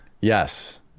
Yes